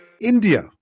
India